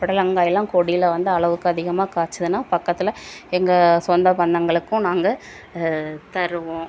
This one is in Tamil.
புடலங்காய்லாம் கொடியில் வந்து அளவுக்கு அதிகமா காய்ச்சிதுன்னா பக்கத்தில் எங்கள் சொந்தபந்தங்களுக்கும் நாங்கள் தருவோம்